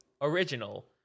Original